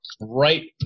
right